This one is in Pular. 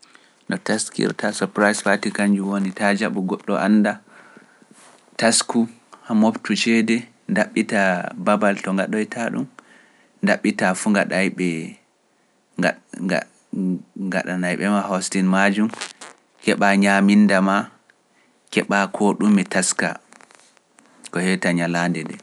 No teskirta surprise pati kanjun woni taa jaɓu goɗɗo annda, tasku moobtu ceede, ndaɓɓita babal to ngaɗoyta ɗum, ndaɓɓita fu ngaɗay ɓe, ngaɗanay ɓe maa hosting majum, keɓa ñaminda maa, keɓa koo ɗume taska, ko hewta ñalaande nde.